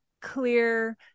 clear